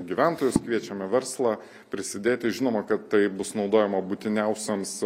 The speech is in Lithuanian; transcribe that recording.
gyventojus kviečiame verslą prisidėti žinoma kad tai bus naudojama būtiniausioms